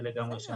לגמרי שם.